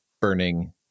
burning